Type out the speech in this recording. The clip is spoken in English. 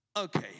Okay